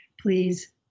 Please